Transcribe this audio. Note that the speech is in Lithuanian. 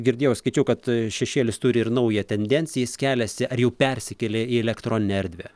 girdėjau skaičiau kad šešėlis turi ir naują tendenciją jis keliasi ar jau persikėlė į elektroninę erdvę